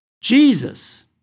Jesus